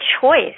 choice